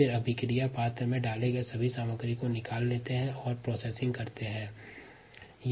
जैव प्रक्रिया के पूर्ण होने बाद क्रिया पात्र में डाले गये सभी सामग्री को निकालते हैं तत्पश्यात् प्रसंस्करित करते हैं